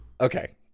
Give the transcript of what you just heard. okay